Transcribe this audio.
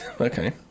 okay